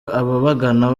ababagana